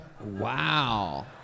Wow